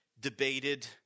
debated